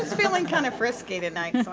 feeling kinda frisky tonight.